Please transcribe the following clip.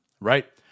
Right